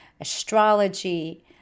astrology